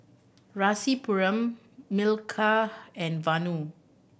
Rasipuram Milkha and Vanu